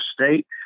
state